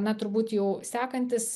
na turbūt jau sekantis